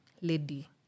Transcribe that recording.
lady